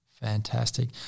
Fantastic